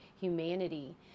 humanity